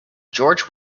george